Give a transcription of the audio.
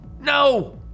No